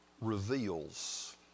reveals